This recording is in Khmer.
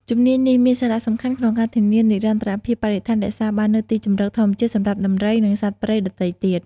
ជំនាញនេះមានសារៈសំខាន់ក្នុងការធានានិរន្តរភាពបរិស្ថាន រក្សាបាននូវទីជម្រកធម្មជាតិសម្រាប់ដំរី និងសត្វព្រៃដទៃទៀត។